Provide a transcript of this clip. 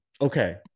Okay